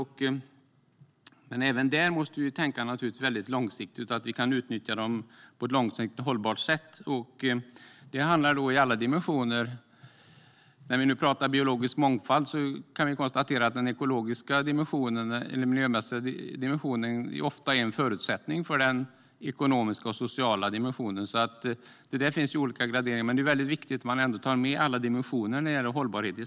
Men även här måste vi tänka långsiktigt så att vi kan utnyttja dem på ett långsiktigt hållbart sätt. Den ekologiska eller miljömässiga dimensionen är ofta en förutsättning för den ekonomiska och sociala dimensionen. Det finns olika graderingar, men det är viktigt att ta med alla dimensioner när det gäller hållbarhet.